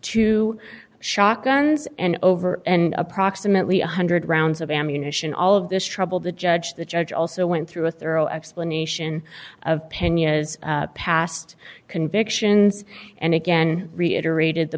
two shotguns and over and approximately one hundred rounds of ammunition all of this trouble the judge the judge also went through a thorough explanation of penya past convictions and again reiterated the